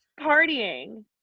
partying